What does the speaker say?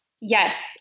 Yes